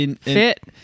fit